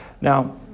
Now